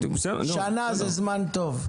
שנה זה זמן טוב.